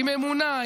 עם אמונה,